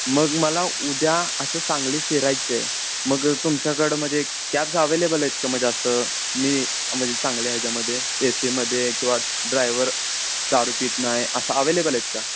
मग मला उद्या असं सांगली फिरायचं आहे मग तुमच्याकडं म्हणजे कॅब्स अव्हेलेबल आहेत का म्हणजे असं मी म्हणजे चांगले ह्याच्यामध्ये ए सीमध्ये किंवा ड्रायव्हर दारू पित नाही असं अवेलेबल आहेत का